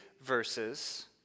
verses